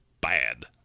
Bad